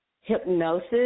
hypnosis